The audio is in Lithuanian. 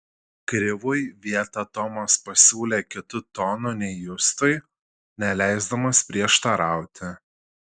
krivui vietą tomas pasiūlė kitu tonu nei justui neleisdamas prieštarauti